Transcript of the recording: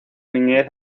niñez